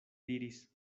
diris